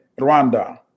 Rwanda